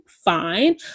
Fine